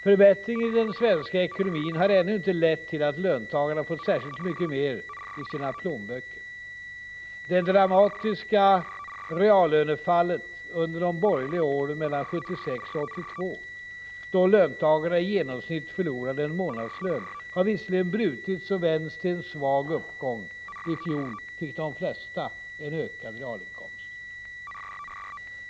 Förbättringen i den svenska ekonomin har ännu inte lett till att löntagarna fått särskilt mycket mer i sina plånböcker. Det dramatiska reallönefallet under de borgerliga åren mellan 1976 och 1982 — då löntagarna i genomsnitt förlorade en månadslön — har visserligen brutits och vänts till en svag uppgång. I fjol fick de flesta en ökad realinkomst.